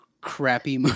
crappy